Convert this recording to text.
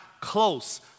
close